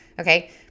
okay